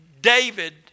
David